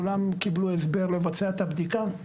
כולם קיבלו הסבר לבצע את הבדיקה.